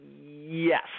yes